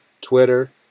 Twitter